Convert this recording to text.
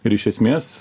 ir iš esmės